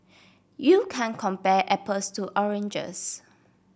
you can compare apples to oranges